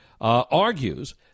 argues